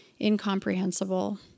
incomprehensible